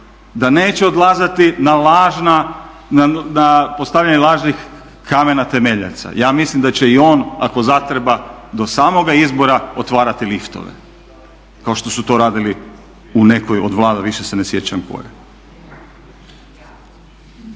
da neće odlaziti na lažna, na postavljanje lažnih kamena temeljaca. Ja mislim da će i on ako zatreba do samoga izbora otvarati liftove kao što su to radili u nekoj od Vlada, više se ne sjećam kojoj.